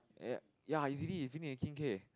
ya usually eighteen K